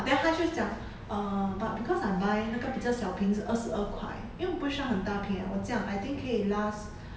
then 她就讲 err but because I buy 那个比较小瓶是二十二块因为我不需要很大瓶啊我这样 I think 可以 last